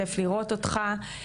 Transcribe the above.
כיף לראות אותך,